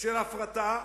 של הפרטה,